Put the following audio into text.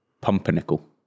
Pumpernickel